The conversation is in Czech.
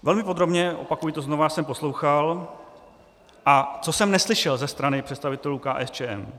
Velmi podrobně, opakuji to znova, jsem poslouchal, a co jsem neslyšel ze strany představitelů KSČM?